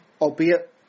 albeit